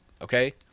okay